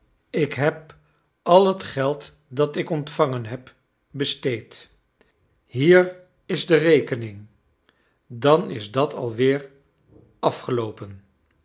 ik heb al het geld dat ik outvangen heb besteed hier is de rekening dan is dat alweer afgeloopen